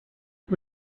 und